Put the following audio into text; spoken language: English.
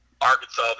Arkansas